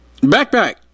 Backpack